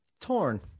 torn